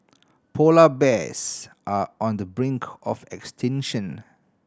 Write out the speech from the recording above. polar bears are on the brink of extinction